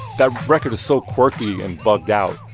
that record is so quirky and bugged out.